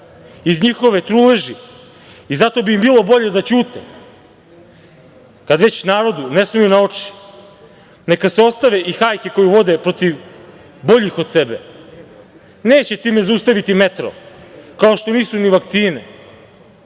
iz njihove truleži, i zato bi im bilo bolje da ćute kad već narodu ne smeju na oči. Neka se ostave i hajke koju vode protiv boljih od sebe. Neće time zaustaviti metro, kao što nisu ni vakcine.